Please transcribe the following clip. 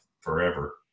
forever